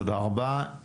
תודה רבה.